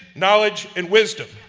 knowledge and wisdom